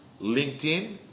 LinkedIn